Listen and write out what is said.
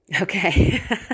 Okay